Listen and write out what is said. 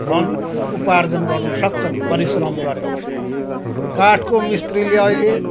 धन उपार्जन गर्नु सक्छन् परिश्रम गरेर काठको मिस्त्रीले अहिले